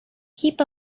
heap